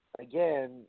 again